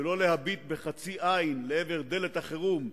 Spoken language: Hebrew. ולא להביט בחצי עין לעבר דלת החירום,